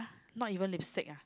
not even lipstick ah